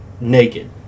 naked